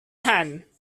hand